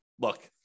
look